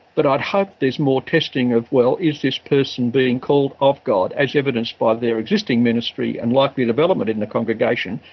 but i'd hope there's more testing of, well, is this person being called of god, as evidenced by their existing ministry and likely development in the congregation,